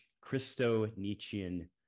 Christo-Nietzschean